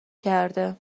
کرده